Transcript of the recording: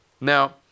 Now